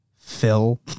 Phil